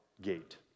gate